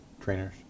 trainers